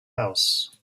house